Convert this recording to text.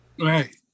Right